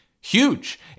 huge